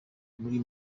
muri